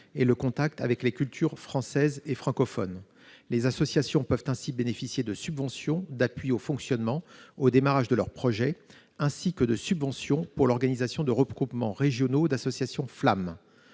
et le contact avec les cultures française et francophones. Les associations peuvent ainsi bénéficier de subventions d'appui au fonctionnement au démarrage de leur projet, ainsi que pour l'organisation de regroupements régionaux d'associations FLAM.